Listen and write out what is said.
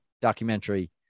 documentary